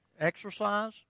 Exercise